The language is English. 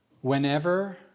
Whenever